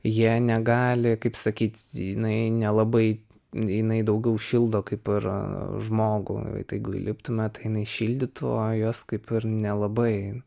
jie negali kaip sakyt jinai nelabai jinai daugiau šildo kaip ir žmogų o tai jeigu įliptume tai jinai šildytų juos kaip ir nelabai